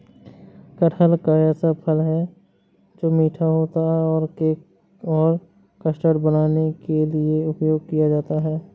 कटहल एक ऐसा फल है, जो मीठा होता है और केक और कस्टर्ड बनाने के लिए उपयोग किया जाता है